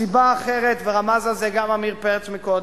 הסיבה האחרת, ורמז על זה גם עמיר פרץ קודם,